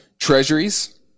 Treasuries